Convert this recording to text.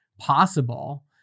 Possible